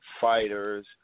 fighters